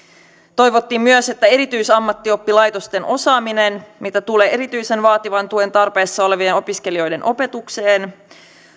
toivottiin myös että erityisammattioppilaitosten osaaminen mitä tulee erityisen vaativan tuen tarpeessa olevien opiskelijoiden opetukseen